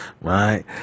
Right